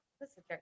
listen